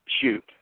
shoot